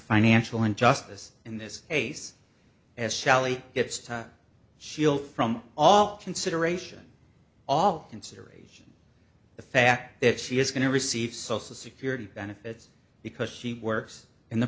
financial injustice in this case as shelly it's time she'll from all consideration all consider the fact that she is going to receive social security benefits because she works in the